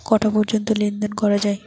কটা পর্যন্ত লেন দেন করা য়ায়?